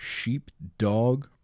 Sheepdog